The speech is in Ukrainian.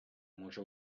може